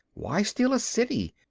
why steal a city?